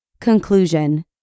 Conclusion